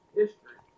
history